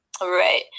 Right